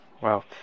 Wow